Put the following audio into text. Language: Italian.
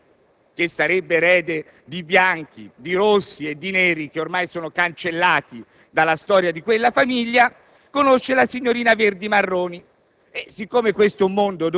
Il signor Azzurri, che sarebbe erede di Bianchi, di Rossi e di Neri, che ormai sono cancellati dalla storia di quella famiglia, conosce la signorina Verdi-Marroni.